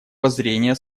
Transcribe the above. воззрения